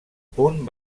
punt